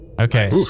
Okay